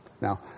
Now